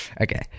okay